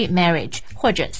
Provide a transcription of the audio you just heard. marriage,或者